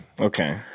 Okay